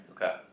Okay